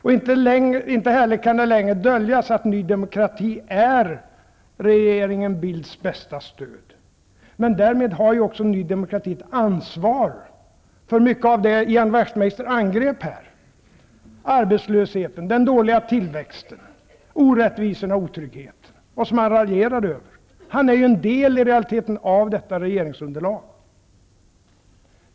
Det kan heller inte längre döljas att Ny demokrati är regeringen Bildts bästa stöd. Men därmed har ju också Ny demokrati ett ansvar för mycket av det Ian Wachtmeister angrep här och som han raljerade över, t.ex. arbetslösheten, den dåliga tillväxten, orättvisorna och otryggheten. I realiteten är han en del av detta regeringsunderlag.